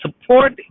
support